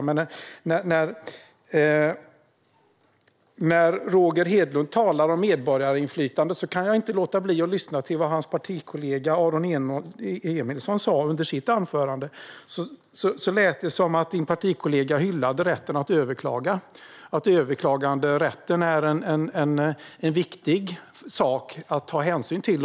Men när Roger Hedlund talar om medborgarinflytande kan jag inte låta bli att tänka på vad hans partikollega Aron Emilsson sa under sitt anförande. Då lät det som att han hyllade rätten att överklaga och att den rätten var viktig att ta hänsyn till.